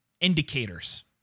indicators